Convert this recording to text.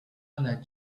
let